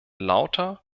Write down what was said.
lauter